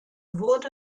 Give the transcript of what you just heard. wurde